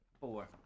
four